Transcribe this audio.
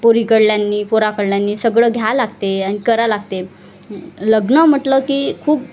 पोरीकडल्यांनी पोराकडल्यांनी सगळं घ्या लागते आणि करावे लागते लग्न म्हटलं की खूप